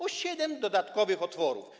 O siedem dodatkowych otworów.